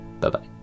Bye-bye